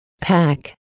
pack